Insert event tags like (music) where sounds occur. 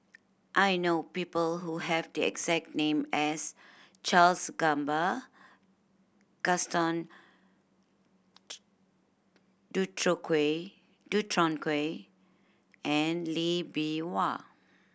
I know people who have the exact name as Charles Gamba Gaston (unintelligible) Dutronquoy and Lee Bee Wah